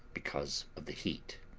because of the heat.